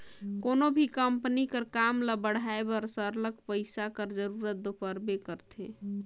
कोनो भी कंपनी कर काम ल बढ़ाए बर सरलग पइसा कर जरूरत दो परबे करथे